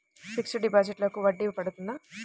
Fixed డిపాజిట్లకు వడ్డీ పడుతుందా?